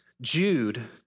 Jude